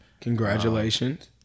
Congratulations